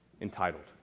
Entitled